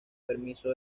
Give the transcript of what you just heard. permiso